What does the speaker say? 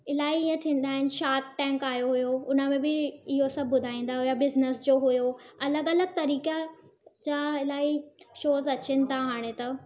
इलाही ईअं थींदा आहिनि शाक टैंक आयो हुयो उन में बि इहो सभु ॿुधाईंदा हुया बिज़निस जो हुयो अलॻि अलॻि तरीक़ा जा इलाही शोस अचनि था हाणे त